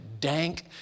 dank